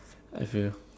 I swear